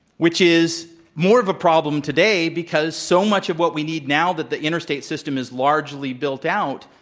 which is more of a problem today because so much of what we need now that the interstate system is largely built out,